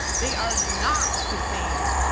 they are not the same.